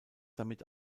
damit